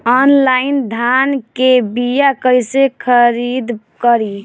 Online धान के बीया कइसे खरीद करी?